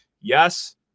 yes